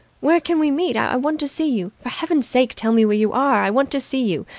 where can we meet? i want to see you! for heaven's sake, tell me where you are. i want to see you!